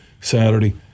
Saturday